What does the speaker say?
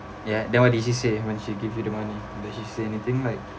ya then what did she say when she give you the money did she say anything like